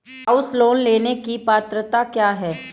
House loan लेने की पात्रता क्या है?